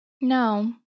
No